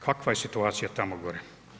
Kakva je situacija tamo gore?